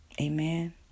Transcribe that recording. Amen